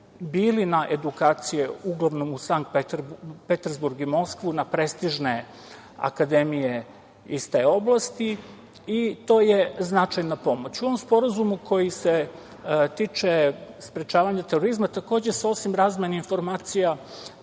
bili na edukaciji uglavnom u Sankt Petersburgu i Moskvi na prestižnim akademijama iz te oblasti i to je značajna pomoć.U ovom sporazumu koji se tiče sprečavanja terorizma takođe se osim razmene informacija